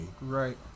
right